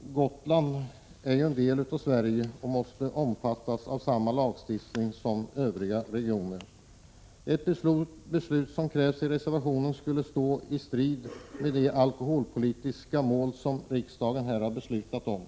Gotland är en del av Sverige och måste omfattas av samma lagstiftning som övriga regioner. Ett sådant beslut som krävs i reservationen skulle stå i strid med de alkoholpolitiska mål som riksdagen beslutat om.